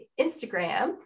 Instagram